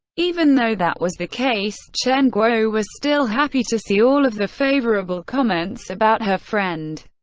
even though that was the case, chen guo was still happy to see all of the favorable comments about her friend.